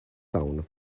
town